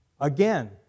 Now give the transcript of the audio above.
again